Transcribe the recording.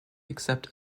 accept